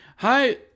Hi